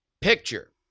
Picture